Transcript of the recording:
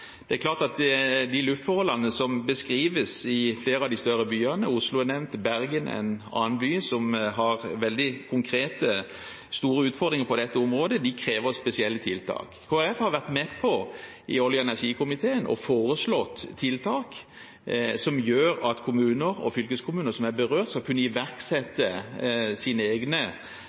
Det er klart at de luftforholdene som beskrives i flere av de større byene – Oslo er nevnt, Bergen er en annen by som har veldig store, konkrete utfordringer på dette området – krever spesielle tiltak. Kristelig Folkeparti har vært med på i energi- og miljøkomiteen å foreslå tiltak som gjør at kommuner og fylkeskommuner som er berørt, skal kunne